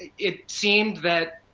it seemed that,